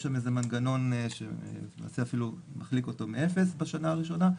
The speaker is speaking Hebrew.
יש שם איזה מנגנון שלמעשה אפילו מחליק אותו מאפס בשנה הראשונה,